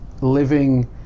living